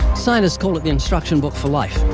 scientists call it the instruction book for life.